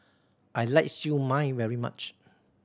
I like Siew Mai very much